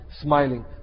smiling